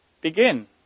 begin